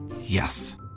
Yes